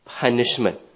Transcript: punishment